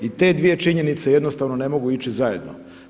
I te dvije činjenice jednostavno ne mogu ići zajedno.